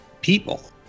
people